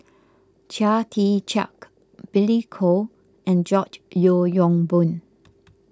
Chia Tee Chiak Billy Koh and George Yeo Yong Boon